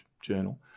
journal